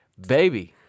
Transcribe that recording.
Baby